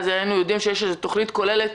אז היינו יודעים שיש איזו תוכנית כוללת